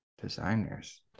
designers